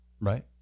Right